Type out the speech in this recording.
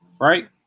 right